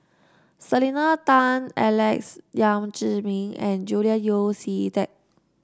Selena Tan Alex Yam Ziming and Julian Yeo See Teck